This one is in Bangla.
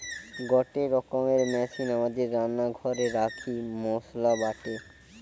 গটে রকমের মেশিন আমাদের রান্না ঘরে রাখি মসলা বাটে